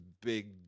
big